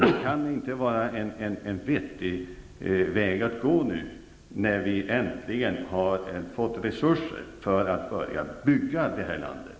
Det kan inte vara en vettig väg att gå, nu när vi äntligen har fått resurser för att börja bygga det här landet.